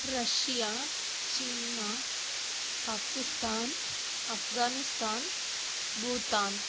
Russia China Pakistan Afghanistan Bhutan